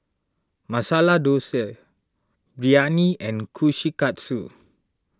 Masala Dosa Biryani and Kushikatsu